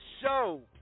show